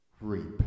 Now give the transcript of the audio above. Reap